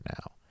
now